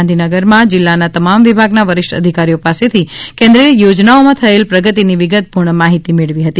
ગાંધીનગરમાં જિલ્લાના તમામ વિભાગના વરિષ્ઠ અધિકારીઓ પાસેથી કેન્દ્રીય યોજનાઓમાં થયેલ પ્રગતિની વિગતપૂર્ણ માહિતી મેળવી હતી